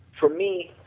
for me